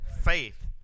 faith